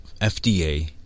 FDA